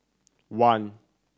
one